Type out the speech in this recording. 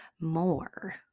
more